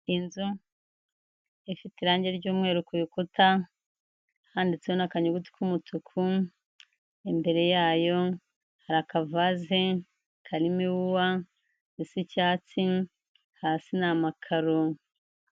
Inzu ifite irangi ry'umweru ku bikuta handitseho n'akanyuguti k'umutuku, imbere yayo hari akavaze karimo iwuwa risa icyatsi, hasi ni amakaro.